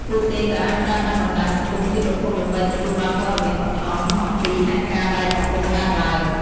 ពួកគេក៏អាចប្រើប្រាស់បណ្តាញសង្គមជាប្រភពដើម្បីទទួលបានព័ត៌មានបឋមអំពីហេតុការណ៍ដែលកំពុងកើតឡើង។